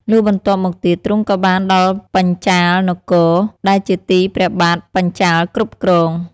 លុះបន្ទាប់មកទៀត ទ្រង់ក៏បានដល់បញ្ចាល៍នគរ ដែលជាទីព្រះបាទបញ្ចាល៍គ្រប់គ្រង។